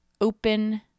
open